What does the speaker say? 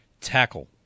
Tackle